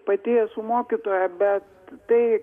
pati esu mokytoja bet tai